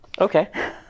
okay